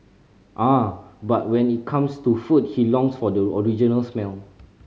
ah but when it comes to food he longs for the original smell